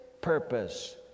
purpose